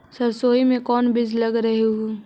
सरसोई मे कोन बीज लग रहेउ?